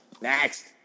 Next